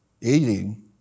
eating